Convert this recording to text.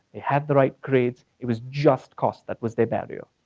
they had the right grades, it was just cost that was their barrier.